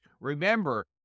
Remember